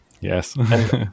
Yes